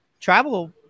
travel